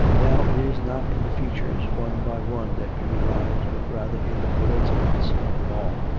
now it is not in the features one by one that beauty lies but rather in the coincidence of them all.